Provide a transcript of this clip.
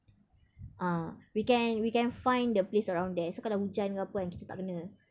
ah we can we can find the place around there so kalau hujan ke apa kan kita tak kena